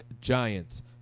Giants